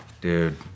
Dude